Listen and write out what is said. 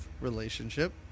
relationship